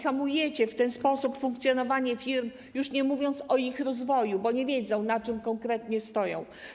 Hamujecie w ten sposób funkcjonowanie firm, już nie mówiąc o ich rozwoju, bo nie wiedzą, na czym konkretnie stoją.